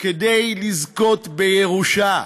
כדי לזכות בירושה,